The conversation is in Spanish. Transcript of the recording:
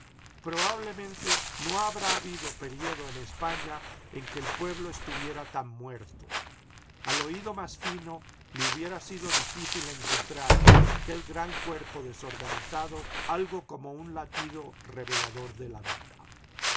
probablemente no habrá habido período en espa ña en que el pueblo estuviera tan muerto al oído más fino le hubiera sido difícil encontrar en aquel gran cuerpo desorganizado algo como un latido revelador de la vida